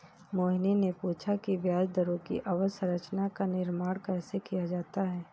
मोहिनी ने पूछा कि ब्याज दरों की अवधि संरचना का निर्माण कैसे किया जाता है?